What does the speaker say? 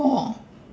oh